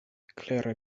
klera